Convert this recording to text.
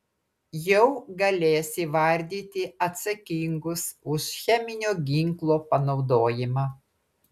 jau galės įvardyti atsakingus už cheminio ginklo panaudojimą